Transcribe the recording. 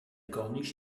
corniche